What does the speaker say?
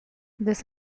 this